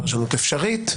פרשנות אפשרית,